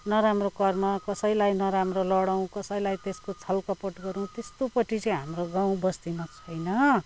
नराम्रो कर्म कसैलाई नराम्रो लडौँ कसैलाई त्यसको छलकपट गरौँ त्यस्तोपटि चाहिँ हाम्रो गाउँबस्तीमा छैन